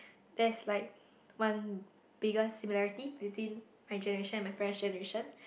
that's like one biggest similarity between my generation and my parents' generation